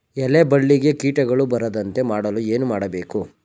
ಎಲೆ ಬಳ್ಳಿಗೆ ಕೀಟಗಳು ಬರದಂತೆ ಮಾಡಲು ಏನು ಮಾಡಬೇಕು?